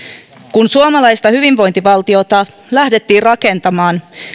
kun suomalaista hyvinvointivaltiota lähdettiin rakentamaan